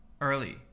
early